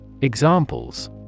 Examples